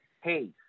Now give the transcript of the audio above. Hey